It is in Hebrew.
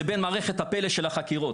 לבין מערכת הפלא של החקירות,